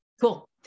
cool